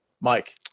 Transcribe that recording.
Mike